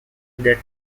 get